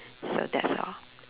so that's all